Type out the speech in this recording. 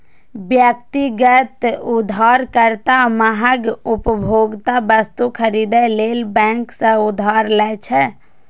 व्यक्तिगत उधारकर्ता महग उपभोक्ता वस्तु खरीदै लेल बैंक सं उधार लै छै